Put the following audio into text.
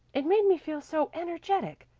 it made me feel so energetic,